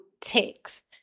text